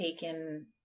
taken